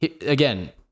again